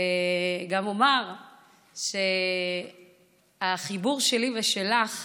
וגם אומר שהחיבור שלי ושלך,